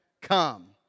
Come